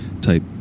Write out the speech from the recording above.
type